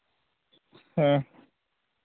ᱦᱮᱸ